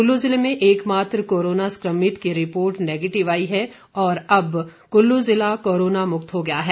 कुल्लू जिले में एक मात्र कोरोना संक्रमित की रिपोर्ट नेगेटिव आई है और अब कुल्लू जिला कोरोना मुक्त हो गया है